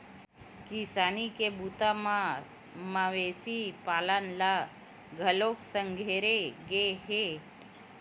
किसानी के बूता म मवेशी पालन ल घलोक संघेरे गे हे